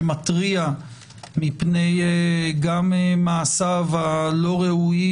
שמתריע מפני גם מעשיו הלא ראויים,